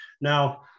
Now